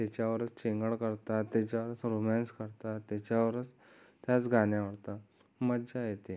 त्याच्यावरच चेंगाड करतात त्याच्यावरच रोमॅन्स करतात त्याच्यावरच त्याच गाण्यावरती मजा येते